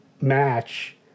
match